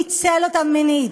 ניצל אותן מינית,